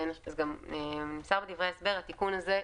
נמסר בדברי ההסבר שהתיקון הזה,